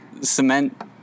cement